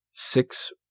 Six